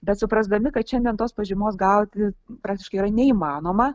bet suprasdami kad šiandien tos pažymos gauti praktiškai yra neįmanoma